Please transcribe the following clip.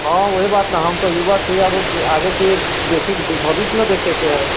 हॅं ओहि बात ने हम तऽ युवा छी अभी आगे के देखे के भविष्य ने देखे के हय